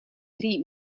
три